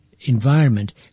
environment